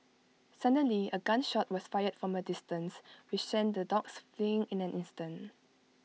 suddenly A gun shot was fired from A distance which sent the dogs fleeing in an instant